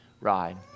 ride